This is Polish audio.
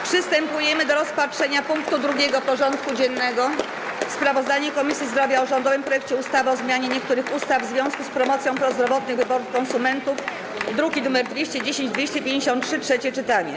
Przystępujemy do rozpatrzenia punktu 2. porządku dziennego: Sprawozdanie Komisji Zdrowia o rządowym projekcie ustawy o zmianie niektórych ustaw w związku z promocją prozdrowotnych wyborów konsumentów (druki nr 210 i 253) - trzecie czytanie.